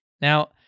Now